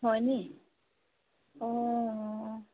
হয় নেকি অঁ অঁ